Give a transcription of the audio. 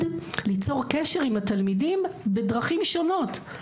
ליצור קשר עם התלמידים בדרכים שונות.